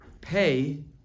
pay